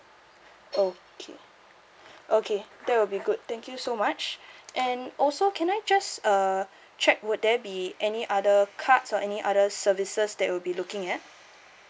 okay okay that will be good thank you so much and also can I just uh check would there be any other cards or any other services that you'll be looking at